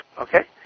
Okay